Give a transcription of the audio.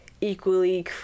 equally